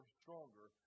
stronger